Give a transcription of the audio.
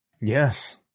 Yes